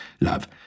love